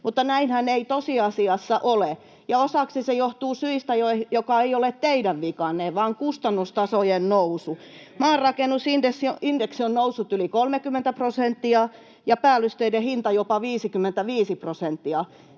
mutta näinhän ei tosiasiassa ole. Ja osaksi se johtuu syystä, joka ei ole teidän vikanne, eli kustannustasojen noususta. Maarakennusindeksi on noussut yli 30 prosenttia ja päällysteiden hinta jopa 55 prosenttia.